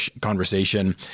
conversation